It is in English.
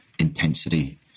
Intensity